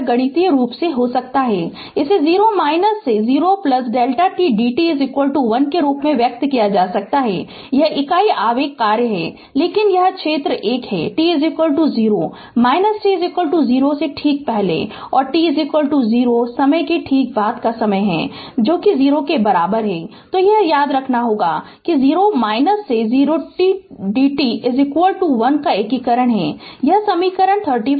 यह गणितीय रूप से हो सकता है इसे 0 से 0 Δ t d t 1 के रूप में व्यक्त किया जा सकता है यह इकाई आवेग कार्य है लेकिन यह क्षेत्र 1 t 0 है t 0 से ठीक पहले और t 0 समय के ठीक बाद का समय है 0 के बराबर है तो यह याद रखना होगा कि 0 से 0 t t dt 1 का एकीकरण यह समीकरण 35 है